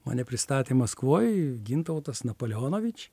mane pristatė maskvoj gintautas napoleonovič